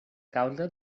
causa